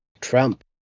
Trump